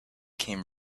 came